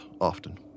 often